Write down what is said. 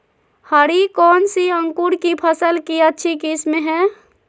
हरी कौन सी अंकुर की फसल के अच्छी किस्म है?